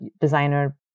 designer